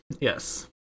Yes